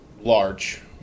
large